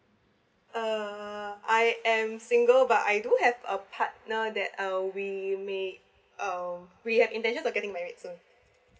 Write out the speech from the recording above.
uh I am single but I do have a partner that uh we may uh we had intention to getting married soon